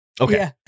Okay